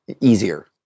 easier